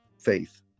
faith